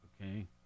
okay